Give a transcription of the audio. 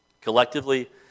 collectively